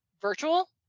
virtual